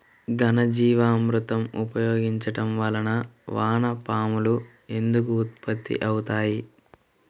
ఘనజీవామృతం ఉపయోగించటం వలన వాన పాములు ఎందుకు ఉత్పత్తి అవుతాయి?